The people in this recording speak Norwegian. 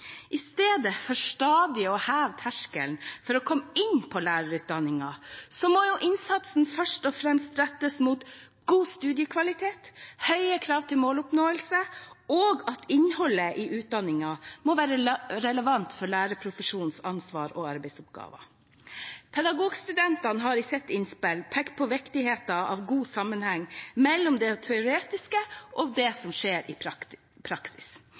I stedet for stadig å heve terskelen for å komme inn på lærerutdanningen må innsatsen først og fremst rettes mot god studiekvalitet og høye krav til måloppnåelse, og innholdet i utdanningen må være relevant for lærerprofesjonens ansvar og arbeidsoppgaver. Pedagogstudentene har i sitt innspill pekt på viktigheten av god sammenheng mellom det teoretiske og det som skjer i praksis,